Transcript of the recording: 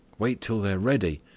wait till they are ready,